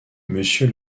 monsieur